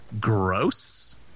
gross